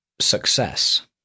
success